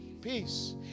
peace